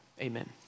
amen